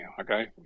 okay